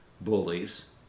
bullies